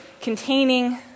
containing